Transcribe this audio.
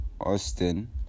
Austin